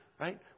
Right